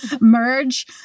merge